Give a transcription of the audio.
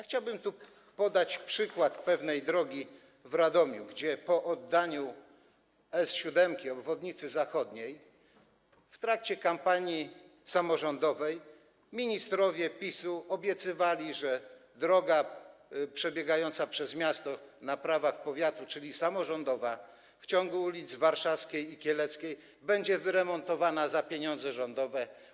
Chciałbym tu podać przykład pewnej drogi w Radomiu, gdzie po oddaniu S7, obwodnicy zachodniej, w trakcie kampanii samorządowej ministrowie PiS-u obiecywali, że droga przebiegająca przez miasto na prawach powiatu, czyli samorządowa, w ciągu ul. Warszawskiej i ul. Kieleckiej będzie wyremontowana za pieniądze rządowe.